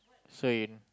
so in